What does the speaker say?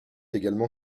également